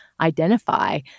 identify